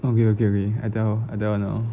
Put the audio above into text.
okay okay okay I tell her I tell her now